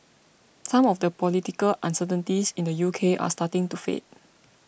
some of the political uncertainties in the U K are starting to fade